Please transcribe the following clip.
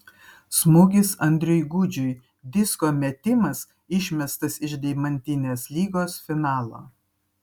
smūgis andriui gudžiui disko metimas išmestas iš deimantinės lygos finalo